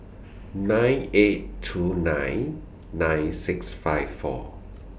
nine eight two nine nine six five four